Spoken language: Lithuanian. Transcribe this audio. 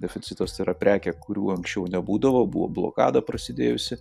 deficitas tai yra prekė kurių anksčiau nebūdavo buvo blokada prasidėjusi